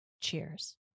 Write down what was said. Cheers